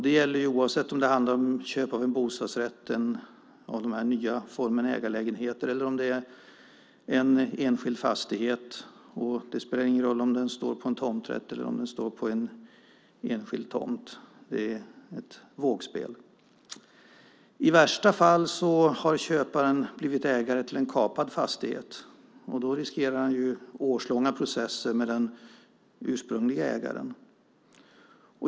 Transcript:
Det gäller oavsett om det handlar om köp av en bostadsrätt, den nya formen ägarlägenhet eller om det är en enskild fastighet. Det spelar ingen roll om den står på en tomträtt eller om den står på en enskild tomt. Det är ett vågspel. I värsta fall har köparen blivit ägare till en kapad fastighet. Då riskerar han årslånga processer med den ursprungliga ägaren.